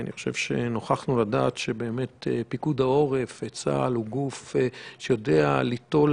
נוכחנו לדעת שפיקוד העורף הוא גוף שיודע ליטול